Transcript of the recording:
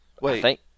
Wait